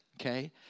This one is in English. Okay